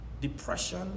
depression